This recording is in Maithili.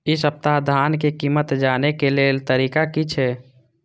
इ सप्ताह धान के कीमत जाने के लेल तरीका की छे?